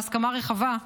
בהסכמה רחבה,